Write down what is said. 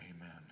Amen